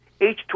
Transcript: H2